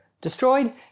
destroyed